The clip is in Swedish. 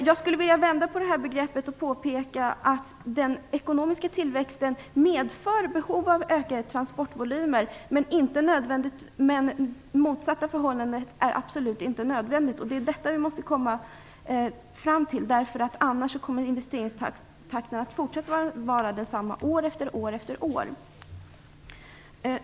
Jag skulle vilja vända på begreppet och påpeka att den ekonomiska tillväxten medför behov av ökade transportvolymer, men det motsatta förhållandet är absolut inte nödvändigt. Det är detta vi måste komma fram till. Annars kommer investeringstakten att fortsatt vara densamma år efter år efter år.